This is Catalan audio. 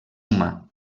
humà